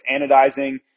anodizing